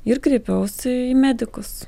ir kreipiausi į medikus